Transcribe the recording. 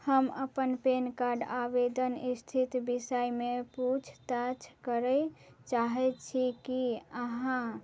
हम अपन PAN card आवेदन इस्थिति विषयमे पूछताछ करै चाहै छी कि अहाँ